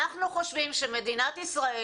אנחנו חושבים שמדינת ישראל